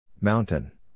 Mountain